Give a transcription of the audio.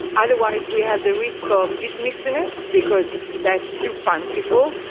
otherwise, we have the risk of dismissing it, because that's too fanciful,